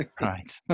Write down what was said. Right